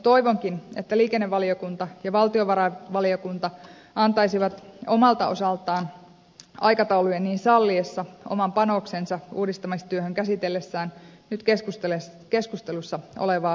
toivonkin että liikennevaliokunta ja valtiovarainvaliokunta antaisivat omalta osaltaan aikataulujen niin salliessa oman panoksensa uudistamistyöhön käsitellessään nyt keskustelussa olevaa väylämaksulakia